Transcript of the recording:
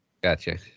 Gotcha